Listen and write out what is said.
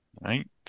right